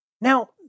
Now